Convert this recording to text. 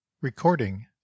recording